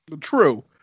True